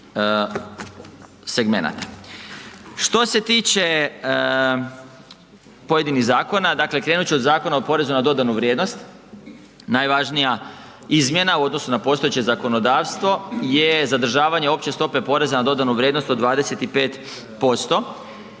segmenata. Što se tiče pojedinih zakona, dakle krenut ću od Zakona o porezu na dodanu vrijednost. Najvažnija izmjena u odnosu na postojeće zakonodavstvo je zadržavanje opće stope poreza na dodanu vrijednost od 25%.